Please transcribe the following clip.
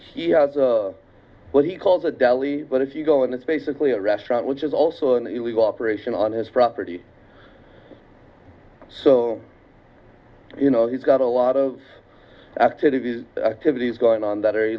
and he has a what he calls a deli but if you go in it's basically a restaurant which is also an illegal operation on his property so you know he's got a lot of activities activities going on that are